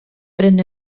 pren